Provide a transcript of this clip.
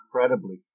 incredibly